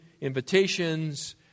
invitations